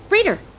Reader